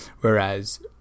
whereas